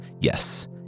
Yes